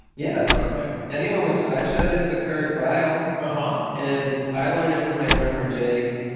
yes. ok. anyone which i showed it to kurt vile. uh-huh. and i learned it from my drummer, jake.